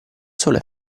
solo